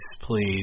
please